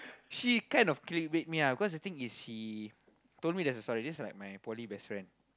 she kind of clickbait me ah cause I think is she told me there's a story this is like my poly best friend